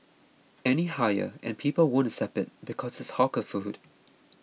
any higher and people won't accept it because it's hawker food